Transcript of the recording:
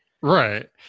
Right